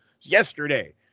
yesterday